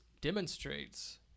demonstrates